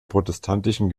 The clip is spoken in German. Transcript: protestantischen